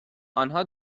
آنها